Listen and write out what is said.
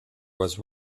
was